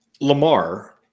Lamar